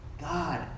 God